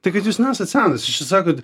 tai kad jūs nesat senas jūs čia sakot